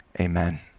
amen